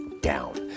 down